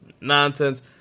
nonsense